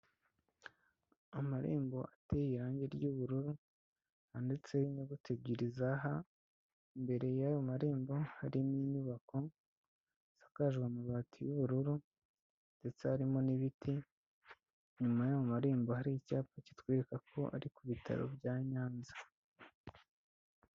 Amarembo ateye irange ry'ubururu handitseho inyuguti ebyiri za ha, imbere y'ayo marembo harimo inyubako zisakajwe amabati y'ubururu ndetse harimo n'ibiti, inyuma y'ayo marembo hari icyapa kitwereka ko ari ku bitaro bya Nyanza.